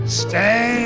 Stay